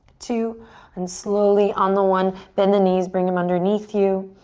two and slowly on the one bend the knees bring them underneath you.